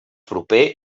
proper